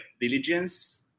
diligence